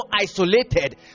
isolated